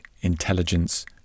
intelligence